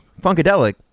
Funkadelic